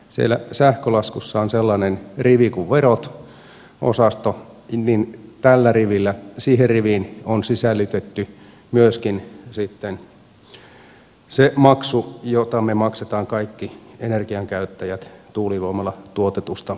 siellä sähkölaskussa on sellainen rivi kuin verot osasto ja siihen riviin on sisällytetty myöskin sitten se maksu jota me maksamme kaikki energian käyttäjät tuulivoimalla tuotetusta sähköstä